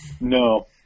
No